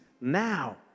now